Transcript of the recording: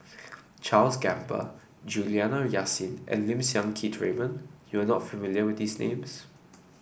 Charles Gamba Juliana Yasin and Lim Siang Keat Raymond you are not familiar with these names